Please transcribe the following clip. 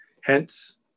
Hence